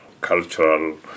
cultural